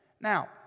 Now